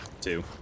Two